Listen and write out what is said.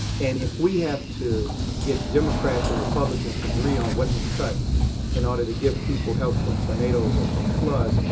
and if we have to get democrats and republicans to agree on what to cut in order to give people help from tornadoes or from floods,